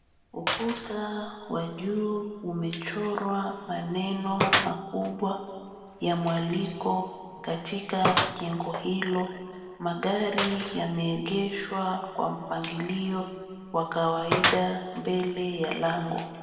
Ukuta wa juu umechorwa maneno makubwa ya mwaliko katika jengo hilo. Magari yameegeshwa kwa kawaida mbele ya lango.